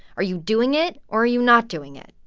are you doing it, or are you not doing it?